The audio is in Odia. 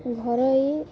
ଘରୋଇ